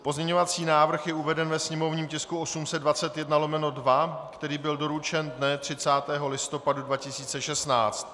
Pozměňovací návrh je uveden ve sněmovním tisku 821/2, který byl doručen dne 30. listopadu 2016.